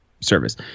service